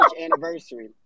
anniversary